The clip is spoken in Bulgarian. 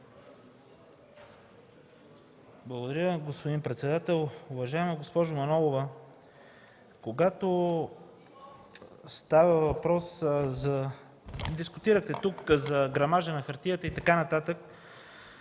Благодаря, господин председател. Уважаема госпожо Манолова, когато става въпрос и дискутирате тук за грамажа на хартията и така нататък,